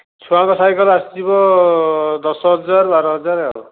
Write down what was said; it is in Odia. ଛୁଆଙ୍କ ସାଇକେଲ୍ ଆସିଯିବ ଦଶ ହଜାର ବାର ହଜାର ଆଉ